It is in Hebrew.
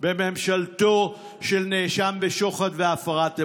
בממשלתו של נאשם בשוחד והפרת אמונים.